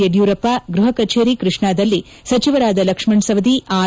ಯದಿಯೂರಪ್ಪ ಗ್ಬಹ ಕಚೇರಿ ಕೃಷ್ಣದಲ್ಲಿ ಸಚಿವರಾದ ಲಕ್ಷ್ಮಣ ಸವದಿ ಆರ್